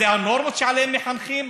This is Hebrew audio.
אלה הנורמות שעליהם מחנכים?